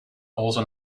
also